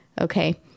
okay